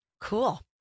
Cool